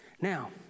Now